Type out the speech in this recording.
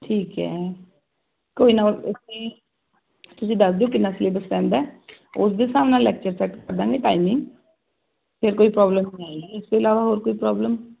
ਠੀਕ ਹੈ ਕੋਈ ਨਾ ਤੁਸੀ ਤੁਸੀਂ ਦੱਸ ਦਿਓ ਕਿੰਨਾ ਕਿ ਸਿਲੇਬਸ ਰਹਿੰਦਾ ਉਸ ਦੇ ਹਿਸਾਬ ਨਾਲ ਲੈਕਚਰ ਸੈੱਟ ਕਰਦਾਗੇ ਟਾਈਮਿੰਗ ਫਿਰ ਕੋਈ ਪ੍ਰੋਬਲਮ ਨੀ ਆਏਗੀ ਇਸ ਤੋਂ ਇਲਾਵਾ ਹੋਰ ਕੋਈ ਪ੍ਰੋਬਲਮ